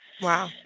Wow